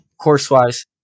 course-wise